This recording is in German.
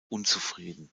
unzufrieden